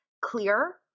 clear